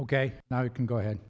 ok now you can go ahead